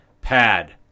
Pad